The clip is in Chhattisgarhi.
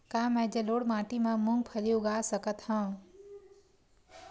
का मैं जलोढ़ माटी म मूंगफली उगा सकत हंव?